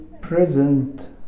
present